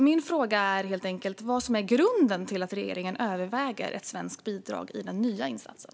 Min fråga är därför helt enkelt vad som är grunden till att regeringen överväger ett svenskt bidrag i den nya insatsen.